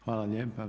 Hvala lijepa.